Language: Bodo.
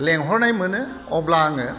लेंहरनाय मोनो अब्ला आङो